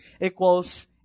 equals